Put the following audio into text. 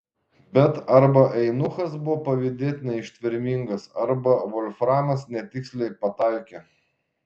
bet arba eunuchas buvo pavydėtinai ištvermingas arba volframas netiksliai pataikė